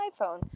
iPhone